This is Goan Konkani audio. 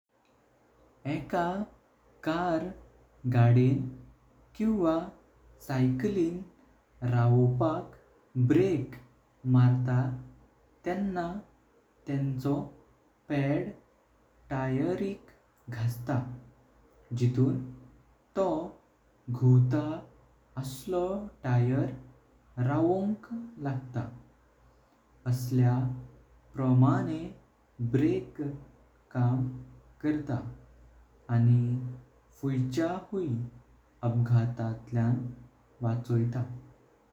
एका कार गाडेन किवा सायकलिन रावोपाक ब्रेक मारता तेंना तेंचो पाद टायरेक घास्ता जितून तो घूवता। आसलो टायर रावोँक लागत आश्य प्रमाने ब्रेक काम करता आणि फुयच्या हुयी अपघटलान आडचयता।